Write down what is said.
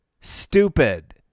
Stupid